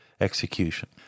execution